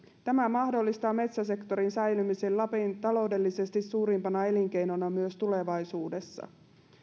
tämä mahdollistaa metsäsektorin säilymisen lapin taloudellisesti suurimpana elinkeinona myös tulevaisuudessa